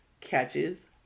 catches